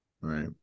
Right